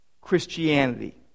Christianity